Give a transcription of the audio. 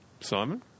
Simon